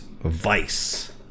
vice